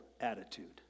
attitude